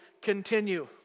continue